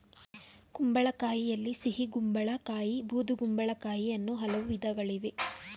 ಕುಂಬಳಕಾಯಿಯಲ್ಲಿ ಸಿಹಿಗುಂಬಳ ಕಾಯಿ ಬೂದುಗುಂಬಳಕಾಯಿ ಅನ್ನೂ ಹಲವು ವಿಧಗಳಿವೆ